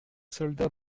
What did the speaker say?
soldats